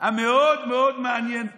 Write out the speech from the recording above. המאוד-מאוד מעניין פה.